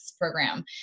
program